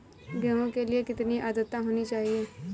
गेहूँ के लिए कितनी आद्रता होनी चाहिए?